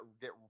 get